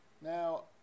Now